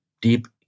deep